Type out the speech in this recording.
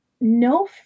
no